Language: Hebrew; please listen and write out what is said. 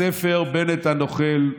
הספר "בנט הנוכל"